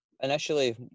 Initially